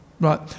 right